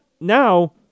now